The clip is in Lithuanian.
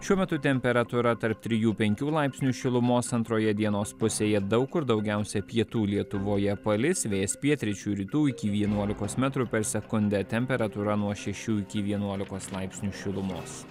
šiuo metu temperatūra tarp trijų penkių laipsnių šilumos antroje dienos pusėje daug kur daugiausia pietų lietuvoje palis vėjas pietryčių rytų iki vienuolikos metrų per sekundę temperatūra nuo šešių iki vienuolikos laipsnių šilumos